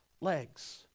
legs